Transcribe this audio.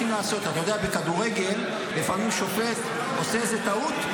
בכדורגל לפעמים שופט עושה איזה טעות,